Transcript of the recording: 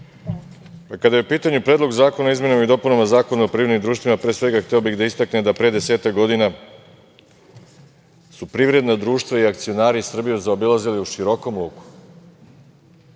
kada je u pitanju Predlog zakona o izmenama i dopunama Zakona o privrednim društvima, pre svega hteo bih da istaknem da pre desetak godina su privredna društva i akcionari Srbiju zaobilazili u širokom luku.